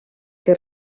que